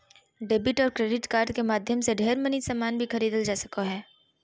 debit और credit card के माध्यम से ढेर मनी सामान भी खरीदल जा सको हय